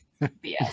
BS